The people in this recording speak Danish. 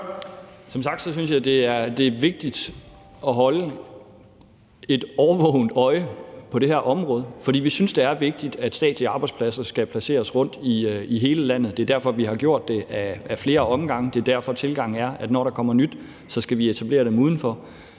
Som sagt synes jeg, det er vigtigt at holde et årvågent øje på det her område, fordi vi synes, det er vigtigt, at statslige arbejdspladser skal placeres rundt i hele landet. Det er derfor, vi har gjort det ad flere omgange. Det er derfor, tilgangen er, at når der kommer nye, skal vi etablere dem uden for